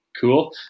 cool